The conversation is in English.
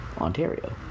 ontario